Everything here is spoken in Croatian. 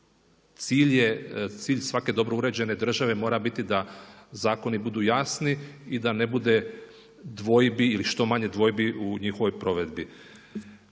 cilj svake dobro uređene države mora biti da zakoni budu jasni i da ne bude dvojbi ili što manje dvojbi u njihovoj provedbi.